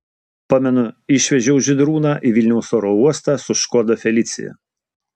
pamenu išvežiau žydrūną į vilniaus oro uostą su škoda felicia